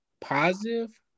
positive